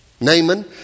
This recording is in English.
Naaman